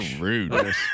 rude